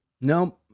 no